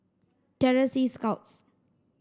Terror Sea Scouts